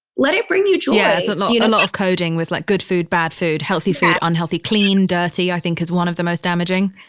let it bring you yeah, it's a lot you know of coding with like good food, bad food, healthy food, unhealthy, clean, dirty, i think is one of the most damaging